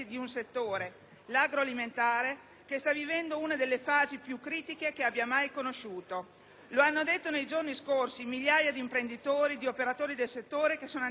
agroalimentare - che sta vivendo una delle fasi più critiche che abbia mai conosciuto. Lo hanno detto nei giorni scorsi migliaia di imprenditori, di operatori del settore, che sono andati in piazza